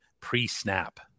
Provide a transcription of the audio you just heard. pre-snap